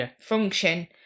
function